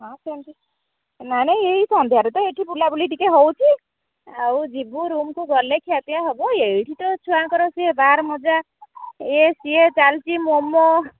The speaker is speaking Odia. ହଁ ସେମିତି ନାଇଁ ନାଇଁ ଏଇ ସନ୍ଧ୍ୟାରେ ତ ଏଠି ବୁଲାବୁଲି ଟିକିଏ ହେଉଛି ଆଉ ଯିବୁ ରୁମକୁ ଗଲେ ଖିଆପିଆ ହବ ଏଇଠି ତ ଛୁଆଙ୍କର ସିଏ ବାର ମଜା ଇଏ ସିଏ ଚାଲିଛି ମୋମୋ